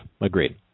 Agreed